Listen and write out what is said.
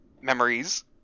memories